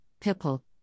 Pipple